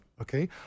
Okay